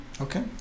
okay